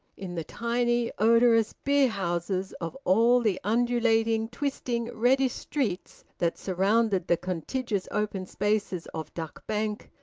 in the tiny odorous beer-houses of all the undulating, twisting, reddish streets that surrounded the contiguous open spaces of duck bank,